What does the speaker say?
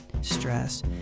stress